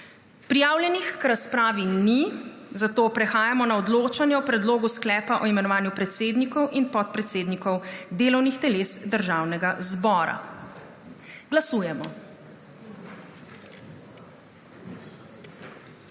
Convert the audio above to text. Prijavljenih k razpravi ni, zato prehajamo na odločanju o Predlogu sklepa o imenovanju predsednikov in podpredsednikov delovnih teles Državnega zbora. Glasujemo.